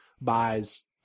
buys